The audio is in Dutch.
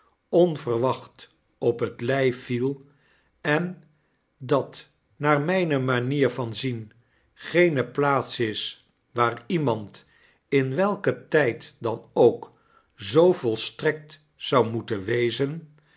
onverwacht op het ijgf viel en dat naar myne manier van zien geene plaats is waar iemandin welkentyddan ook zoo volstrekt zou moeten wezen